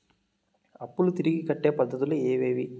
అప్పులు తిరిగి కట్టే పద్ధతులు ఏవేవి